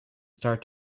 start